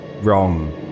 wrong